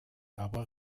aber